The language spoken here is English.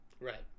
Right